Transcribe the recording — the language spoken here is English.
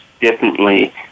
differently